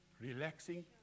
relaxing